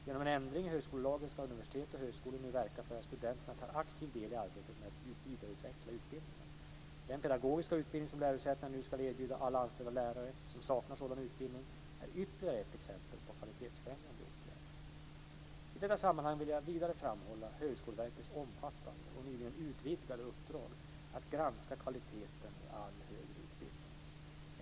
Genom en ändring i högskolelagen ska universiteten och högskolorna nu verka för att studenterna tar aktiv del i arbetet med att vidareutveckla utbildningen. Den pedagogiska utbildning som lärosätena nu ska erbjuda alla anställda lärare som saknar sådan utbildning är ytterligare ett exempel på kvalitetsfrämjande åtgärder. I detta sammanhang vill jag vidare framhålla Högskoleverkets omfattande och nyligen utvidgade uppdrag att granska kvaliteten i all högre utbildning.